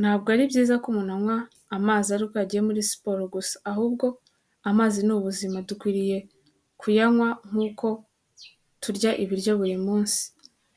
Ntabwo ari byiza ko umuntu anywa amazi ari uko yagiye muri siporo gusa, ahubwo amazi ni ubuzima. Dukwiriye kuyanywa nk'uko turya ibiryo buri munsi,